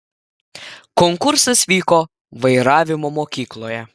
konkursas vyko vairavimo mokykloje